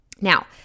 Now